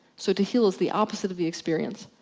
so, to heal is the opposite of the experience.